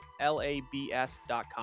L-A-B-S.com